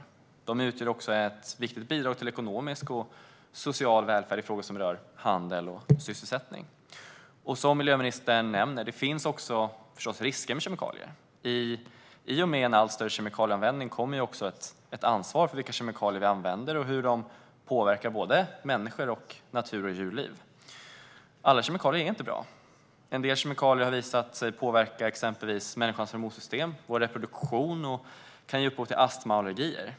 Kemikalier utgör också ett viktigt bidrag till ekonomisk och social välfärd i frågor som rör handel och sysselsättning. Som miljöministern nämner finns det förstås också risker med kemikalier. I och med en allt större kemikalieanvändning kommer också ett ansvar för vilka kemikalier vi använder och hur de påverkar människor, natur och djurliv. Alla kemikalier är inte bra. En del kemikalier har visat sig påverka exempelvis människans hormonsystem och reproduktion och kan ge upphov till astma och allergier.